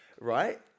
Right